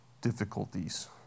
difficulties